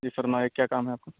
جی فرمائیں کیا کام ہے آپ کو